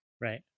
right